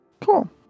Cool